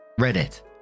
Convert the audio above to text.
Reddit